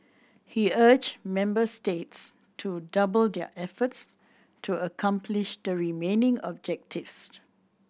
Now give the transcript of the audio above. he urged member states to double their efforts to accomplish the remaining objectives